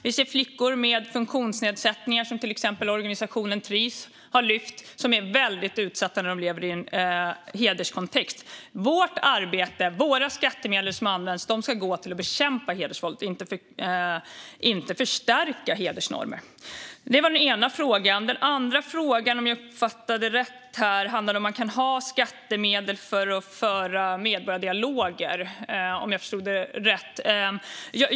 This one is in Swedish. Vi ser flickor med funktionsnedsättningar, vilket till exempel organisationen Tris har lyft fram, som är väldigt utsatta när de lever i en hederskontext. Vårt arbete och våra skattemedel ska gå till att bekämpa hedersnormer, inte till att förstärka dem. Det var den ena frågan. Om jag uppfattade rätt var den andra frågan om man kan använda skattemedel till att föra medborgardialoger.